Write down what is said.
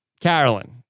Carolyn